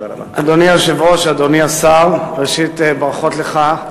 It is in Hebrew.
אדוני היושב-ראש, אדוני השר, ראשית, ברכות לך,